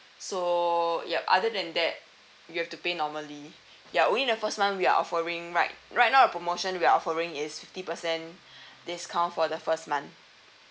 so yup other than that you've to pay normally ya only the first month we are offering right right now our promotion we're offering is fifty percent discount for the first month